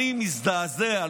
אני מזדעזע,